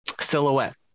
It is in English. Silhouette